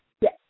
Yes